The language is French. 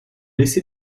laissé